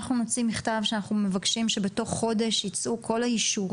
אנחנו נוציא מכתב בו אנחנו מבקשים שבתוך חודש ייצאו כל האישור